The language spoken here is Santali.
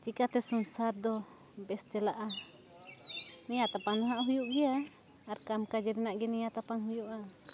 ᱪᱤᱠᱟᱛᱮ ᱥᱚᱝᱥᱟᱨ ᱫᱚ ᱵᱮᱥ ᱪᱟᱞᱟᱜᱼᱟ ᱱᱮᱭᱟᱣ ᱛᱟᱯᱟᱢ ᱫᱚ ᱱᱟᱜ ᱦᱩᱭᱩᱜ ᱜᱮᱭᱟ ᱟᱨ ᱠᱟᱢ ᱠᱟᱡᱽ ᱨᱮᱱᱟᱜ ᱜᱮ ᱱᱮᱭᱟᱣ ᱛᱟᱯᱟᱢ ᱦᱩᱭᱩᱜᱼᱟ